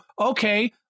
Okay